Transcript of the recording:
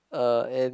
uh and